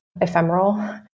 ephemeral